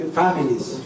families